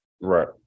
Right